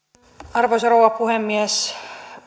arvoisa rouva puhemies